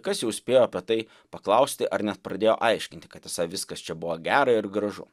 kas jau spėjo apie tai paklausti ar net pradėjo aiškinti kad esą viskas čia buvo gera ir gražu